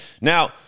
Now